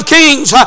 kings